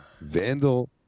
Vandal